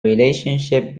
relationship